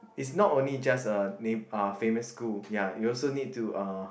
it's not only just a neigh~ uh famous school ya you also need to uh